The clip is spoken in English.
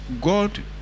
God